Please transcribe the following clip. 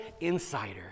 insider